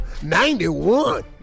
91